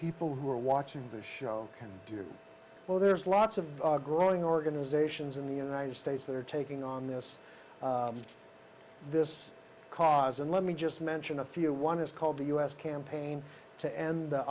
people who are watching the show can do well there's lots of growing organizations in the united states that are taking on this this cause and let me just mention a few one is called the us campaign to end the